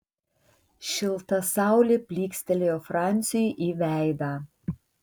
šilta saulė plykstelėjo franciui į veidą